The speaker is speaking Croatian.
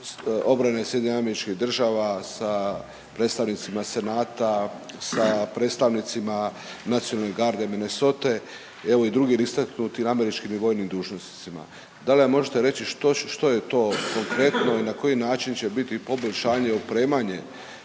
obrane SAD-a, sa predstavnicima Senata, sa predstavnicima Nacionalne garde Minnesote, evo i drugim istaknutim američkim i vojnim dužnosnicima. Da li nam možete reći što je to konkretno i na koji način će biti poboljšanje i opremanje